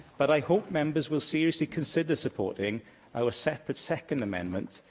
but i hope members will seriously consider supporting our separate, second amendment,